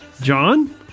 John